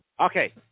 Okay